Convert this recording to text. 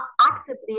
actively